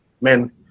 men